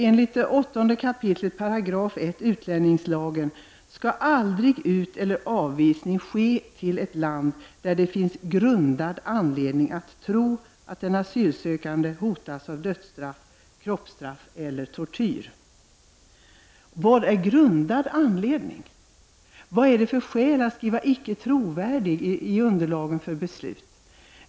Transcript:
Av 8 kap. 1§ utlänningslagen framgår det att ”en avvisning eller en utvisning får aldrig verkställas till ett land om det finns grundad anledning att tro att utlänningen där skulle vara i fara att straffas med döden eller med kroppsstraff eller att utsättas för tortyr—--"”. Vad är grundad anledning? Vad är det för skäl att skriva ”icke trovärdig” i underlagen för beslut?